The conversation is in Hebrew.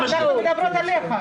מייצגים את המגזר העסקי.